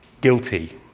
Guilty